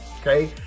okay